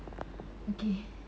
okay